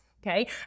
Okay